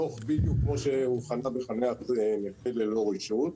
דוח בדיוק כמו שהוא חנה בחניית נכים ללא רשות.